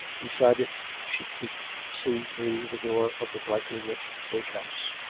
beside it she could see through the door of the brightly-lit bake-house.